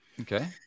Okay